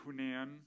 Hunan